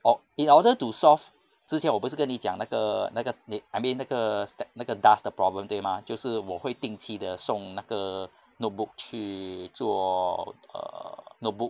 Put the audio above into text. orh in order to solve 之前我不是跟你讲那个那个你 I mean 那个 step~ 那个 dust 的 problem 对 mah 就是我会定期的送那个 notebook 去做 err notebook